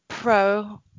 pro